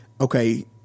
okay